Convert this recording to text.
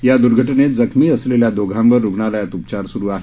या दुर्घटनेत जखमी असलेल्या दोघांवर रुग्णालयात उपचार सुरू आहेत